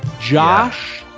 Josh